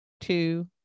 two